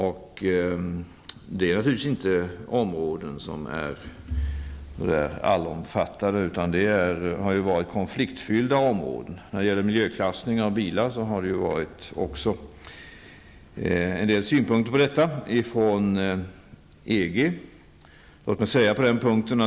Ställningstagandena på dessa områden är naturligtvis inte omfattade av alla, utan detta har varit konfliktfyllda områden. När det gäller miljöklassning av bilar har det ju också förekommit synpunkter från EG.